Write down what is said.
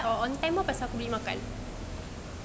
or on time pun pasal aku beli makan